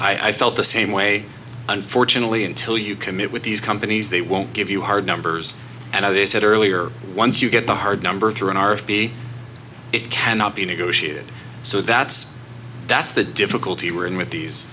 you i felt the same way unfortunately until you commit with these companies they won't give you hard numbers and as i said earlier once you get a hard number through an r f p it cannot be negotiated so that's that's the difficulty we're in with these